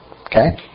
Okay